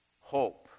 Hope